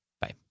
Bye